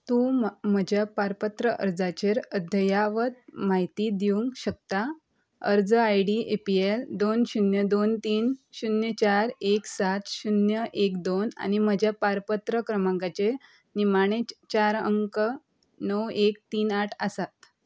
तूं म्ह म्हजे पारपत्र अर्जाचेर अध्ययावत म्हायती दिवंक शकता अर्ज I D A P L दोन शुन्य दोन तीन शुन्य चार एक सात शुन्य एक दोन आनी म्हज्या पारपत्र क्रमांकाचे निमाणे चार अंक णव एक तीन आठ आसा